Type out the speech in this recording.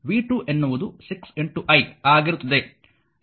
v 2 ಎನ್ನುವುದು 6i ಆಗಿರುತ್ತದೆ